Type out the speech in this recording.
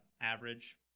average